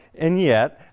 and yet